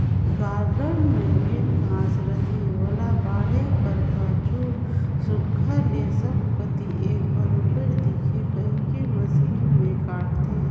garden में जेन घांस रहथे ओला बाढ़े कर पाछू सुग्घर ले सब कती एक बरोबेर दिखे कहिके मसीन में काटथें